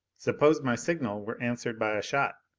suppose my signal were answered by a shot?